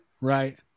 Right